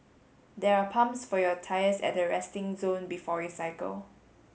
there are pumps for your tyres at the resting zone before you cycle